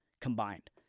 combined